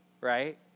right